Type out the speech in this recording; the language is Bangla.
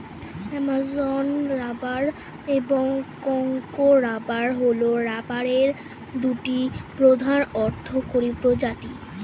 অ্যামাজন রাবার এবং কঙ্গো রাবার হল রাবারের দুটি প্রধান অর্থকরী প্রজাতি